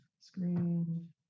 Screen